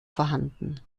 vorhanden